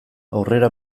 aurrera